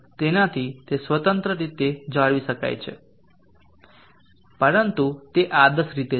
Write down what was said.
તેનાથી તે સ્વતંત્ર રીતે જાળવી શકાય છે પરંતુ તે આદર્શ રીતે છે